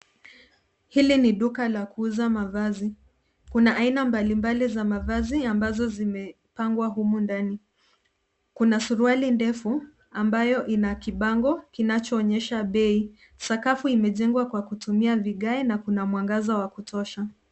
Hili ni duka la kuuza mavazi. Kuna aina mbalimbali za mavazi ambazo zimepangwa humu ndani. Kuna suruali refu ambayo ina kibango inachoonyesha bei. Sakafu imejengwa kwa kutumia vigae na kuna mwangaza wa kutosha.